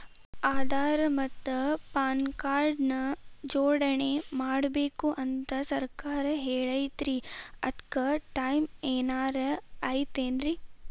ಆಧಾರ ಮತ್ತ PAN card ನ ಜೋಡಣೆ ಮಾಡ್ಬೇಕು ಅಂತಾ ಸರ್ಕಾರ ಹೇಳೈತ್ರಿ ಅದ್ಕ ಟೈಮ್ ಏನಾರ ಐತೇನ್ರೇ?